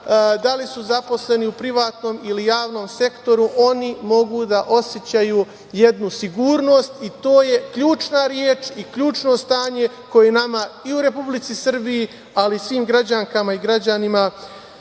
da li su zaposleni u privatnom ili javnom sektoru, oni mogu da osećaju jednu sigurnost i to je ključna reč i ključno stanje koje nama i u Republici Srbiji, ali svim građankama i građanima